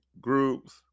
groups